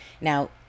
Now